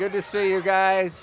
good to see you guys